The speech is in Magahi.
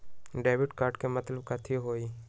डेबिट कार्ड के मतलब कथी होई?